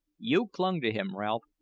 you clung to him, ralph,